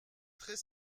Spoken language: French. très